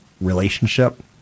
relationship